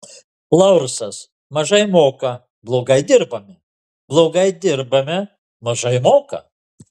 laursas mažai moka blogai dirbame blogai dirbame mažai moka